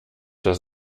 das